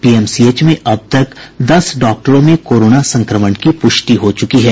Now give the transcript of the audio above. PMCH में अब तक दस डॉक्टरों में कोरोना संक्रमण की प्रष्टि हो चुकी है